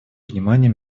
внимания